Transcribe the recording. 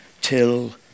till